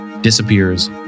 Disappears